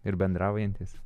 ir bendraujantys